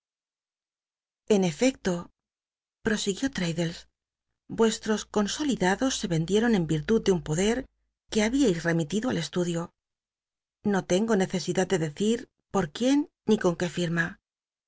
en efecto prosiguió traddles vuestros consolida os se rcndicron en virtud de un poder que habíais remi tido al estudio no tengo necesidad de deci r pot quién ni con qué